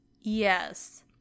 yes